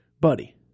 buddy